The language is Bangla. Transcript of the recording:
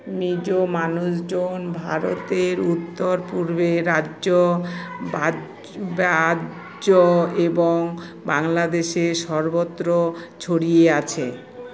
মিজো মানুষজন ভারতের উত্তর পূর্বে রাজ্য বাজ্য এবং বাংলাদেশের সর্বত্র ছড়িয়ে আছে